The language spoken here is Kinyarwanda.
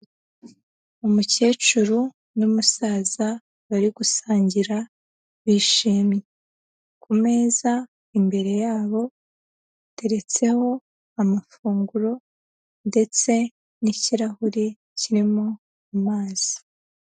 Umukecuru n'umusaza bari gusangira bishimye, ku meza imbere yabo hateretseho amafunguro ndetse n'ikirahure kirimo amazi,